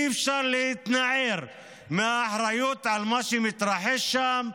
אי-אפשר להתנער מהאחריות למה שמתרחש שם.